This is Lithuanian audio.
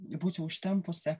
būsiu užtempusi